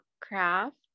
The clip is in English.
craft